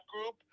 group